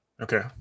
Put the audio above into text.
Okay